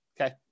Okay